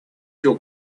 your